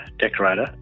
decorator